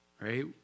Right